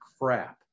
crap